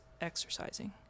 exercising